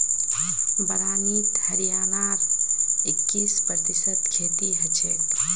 बारानीत हरियाणार इक्कीस प्रतिशत खेती हछेक